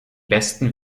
besten